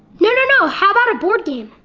no and no, how about a board game?